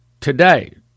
Today